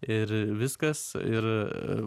ir viskas ir